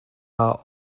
are